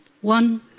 one